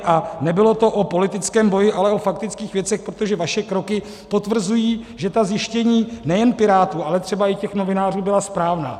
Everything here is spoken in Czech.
A nebylo to o politickém boji, ale o faktických věcech, protože vaše kroky potvrzují, že ta zjištění nejen Pirátů, ale třeba i těch novinářů byla správná.